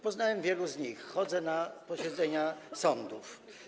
Poznałem wiele z nich, chodzę na posiedzenia sądów.